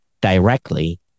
directly